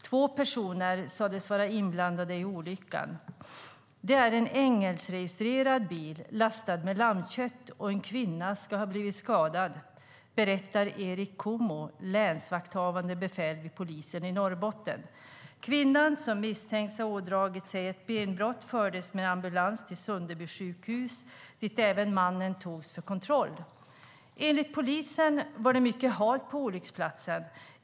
Två personer sades vara inblandade i olyckan. Det är en engelskregistrerad bil lastad med lammkött, och en kvinna ska ha blivit skadad, berättar Erik Kummu, länsvakthavande befäl vid polisen i Norrbotten. Kvinnan, som misstänks ha ådragit sig ett benbrott, fördes med ambulans till Sunderby sjukhus, dit även mannen togs för kontroll. Enligt polisen var det mycket halt på olycksplatsen.